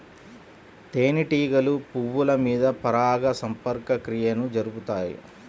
తేనెటీగలు పువ్వుల మీద పరాగ సంపర్క క్రియను జరుపుతాయి